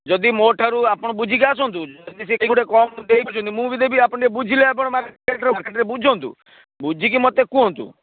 ଯଦି ମୋ ଠାରୁ ଆପଣ ବୁଝିକି ଆସନ୍ତୁ ଯଦି ସେଠି ଗୋଟେ କମ୍ ଦେଇ ପାରୁଛନ୍ତି ମୁଁ ବି ଦେବି ଆପଣ ଟିକେ ବୁଝିଲେ ଆପଣ ମାର୍କେଟ୍ରେ ମାର୍କେଟରେ ବୁଝନ୍ତୁ ବୁଝିକି ମୋତେ କୁହନ୍ତୁ